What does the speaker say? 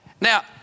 Now